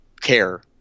care